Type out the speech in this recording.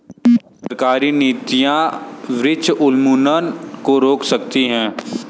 सरकारी नीतियां वृक्ष उन्मूलन को रोक सकती है